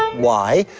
why?